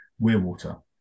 Weirwater